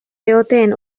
egoten